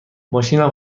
ماشینم